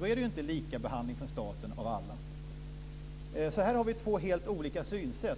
Då är det inte lika behandling av alla från staten. Här har vi två helt olika synsätt.